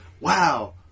wow